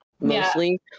mostly